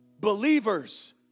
believers